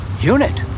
Unit